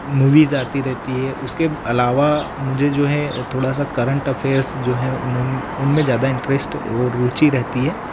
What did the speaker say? movies आती रहती है उसके अलावा मुझे जो है थोड़ा सा करंट अफैयर्स जो है उनोम उनमें ज़्यादा इंटरेस्ट और रुचि रहती है